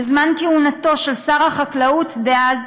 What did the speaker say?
בזמן כהונתו של שר החקלאות דאז,